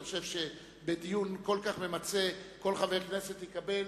אני חושב שבדיון כל כך ממצה כל חבר כנסת יקבל